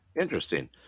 Interesting